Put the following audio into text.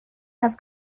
have